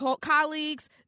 colleagues